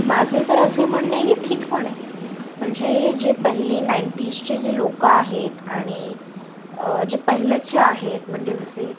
माझे तर असे म्हणणे की ठीकपणे म्हणजे जे पहिले नाईनटीजचे जे लोकं आहेत आणि जे पहिलेचे आहेत म्हणजे जसे